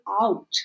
out